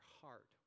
heart